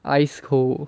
ice cold